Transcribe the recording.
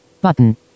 button